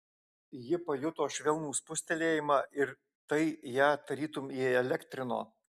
ji pajuto švelnų spustelėjimą ir tai ją tarytum įelektrino